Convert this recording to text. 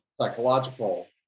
psychological